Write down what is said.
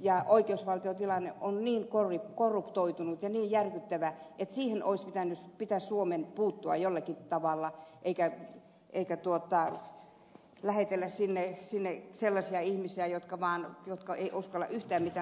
ja oikeusvaltiotilanne on niin korruptoitunut ja niin järkyttävä että siihen olisi pitänyt suomen puuttua jollakin tavalla eikä lähetellä sinne sellaisia ihmisiä jotka eivät uskalla sanoa yhtään mitään